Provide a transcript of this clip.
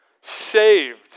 saved